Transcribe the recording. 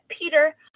peter